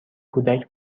کودک